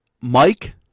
Mike